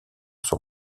son